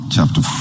Chapter